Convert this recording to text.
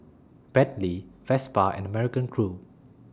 Bentley Vespa and American Crew